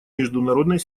международной